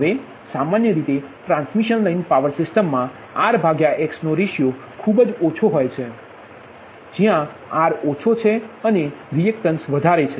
હવે સામાન્ય રીતે ટ્રાન્સમિશન લાઇન પાવર સિસ્ટમમાં R ભાગ્યા X નો રેશિયો ખૂબ જ ઓછો હોય છે જ્યાં R ઓછો છે અને રિએક્ટેન્સ વધારે છે